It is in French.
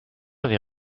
avait